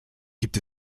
gibt